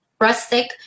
rustic